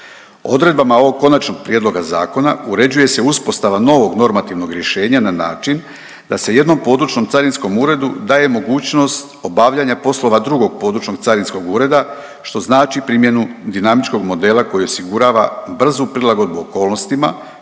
Odredbama ovog konačnog prijedloga zakona uređuje se uspostava novog normativnog rješenja na način da se jednom područnom carinskom uredu daje mogućnost obavljanja poslova drugog područnog carinskog ureda što znači primjenu dinamičkog modela koji osigurava brzu prilagodbu okolnostima